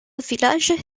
village